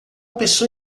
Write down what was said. pessoa